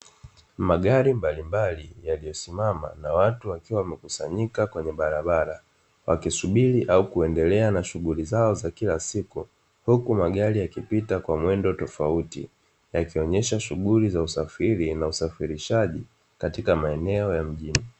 Magari mbalimbali yaliyosimama na watu wakiwa wamekusanyika kwenye barabara wakisubiri au kuendelea na shughuli zao za kila siku, huku magari yakipita kwa mwendo tofauti yakionyesha shughuli za usafiri na usafirishaji katika maneno ya mjini.